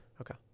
Okay